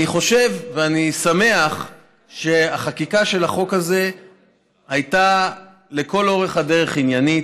אני חושב ואני שמח שהחקיקה של החוק הזה הייתה לכל אורך הדרך עניינית,